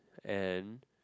and